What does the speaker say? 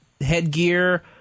headgear